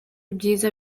ibyiza